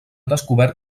descobert